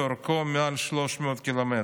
שאורכו מעל 300 ק"מ.